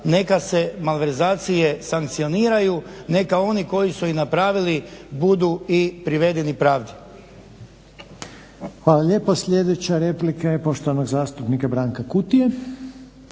neka se malverzacije sankcioniraju, neka oni koji su i napravili budu i privedeni pravdi.